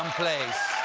um place.